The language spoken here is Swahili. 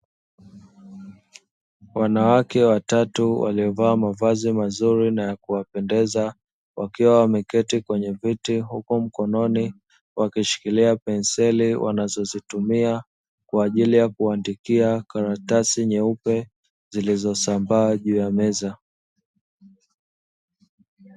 Wanawake watatu waliovaa mavazi mazuri na yakuwapendeza wakiwa wameketi kwenye viti huku mkononi wakishikilia penseli wanazotumia katika kuandikia karatasi nyeupe zilizosambaa juu ya meza.